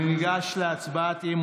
ניגש להצבעה.